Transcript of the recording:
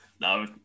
no